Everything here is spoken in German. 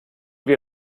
wir